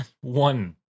one